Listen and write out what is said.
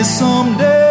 someday